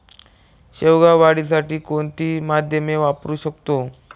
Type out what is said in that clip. शेवगा वाढीसाठी कोणते माध्यम वापरु शकतो?